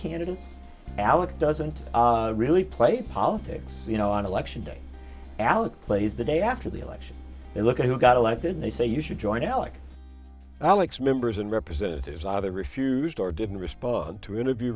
candidates alec doesn't really play politics you know on election day alec plays the day after the election and look at who got elected they say you should join alec alex members and representatives either refused or didn't respond to interview